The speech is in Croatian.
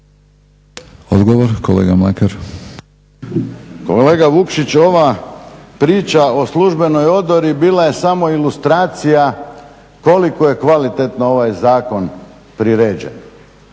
Davorin (HDZ)** Kolega Vukšić ova priča o službenoj odori bila je samo ilustracija koliko je kvalitetno ovaj zakon priređen.